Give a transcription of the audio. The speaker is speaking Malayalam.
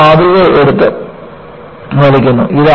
നമ്മൾ ഒരു മാതൃക എടുത്ത് വലിക്കുന്നു